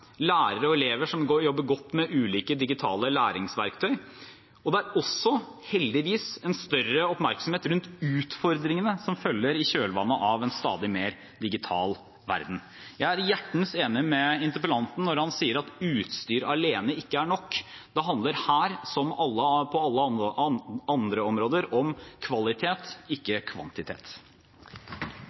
lærere og elever som jobber godt med ulike digitale læringsverktøy, og det er også, heldigvis, en større oppmerksomhet rundt utfordringene som følger i kjølvannet av en stadig mer digital verden. Jeg er hjertens enig med interpellanten når han sier at utstyr alene ikke er nok. Det handler her, som på alle andre områder, om kvalitet, ikke kvantitet.